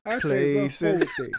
places